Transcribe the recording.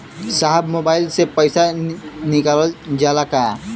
साहब मोबाइल से पैसा निकल जाला का?